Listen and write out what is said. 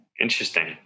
Interesting